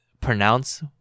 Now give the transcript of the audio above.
pronounce